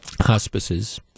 hospices